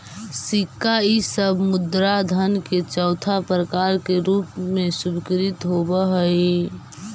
सिक्का इ सब मुद्रा धन के चौथा प्रकार के रूप में स्वीकृत होवऽ हई